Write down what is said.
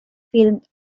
filmed